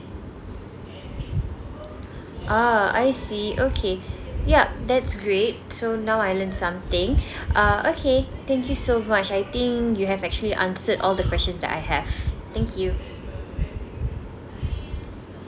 ah I see okay yup that's great so now I learned something uh okay thank you so much I think you have actually answered all the questions that I have thank you